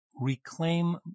reclaim